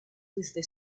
desde